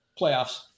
Playoffs